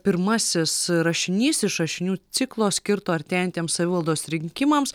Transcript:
pirmasis rašinys iš rašinių ciklo skirto artėjantiems savivaldos rinkimams